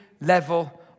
level